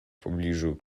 pobliżu